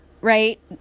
right